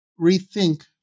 rethink